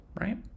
right